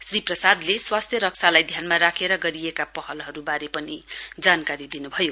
श्री प्रसादले स्वास्थ्य रक्षालाई ध्यानमा राखेर गरिएका पहलहरुवारे पनि जानकारी दिनुभयो